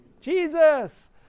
Jesus